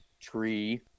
tree